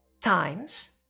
times